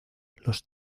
los